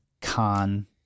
con